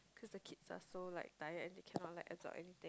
as the kids are so like tired and they cannot like absorb anything